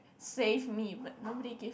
save me but nobody gives